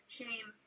shame